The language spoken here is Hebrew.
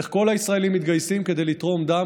איך כל הישראלים מתגייסים כדי לתרום דם